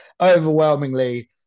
overwhelmingly